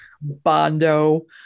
Bondo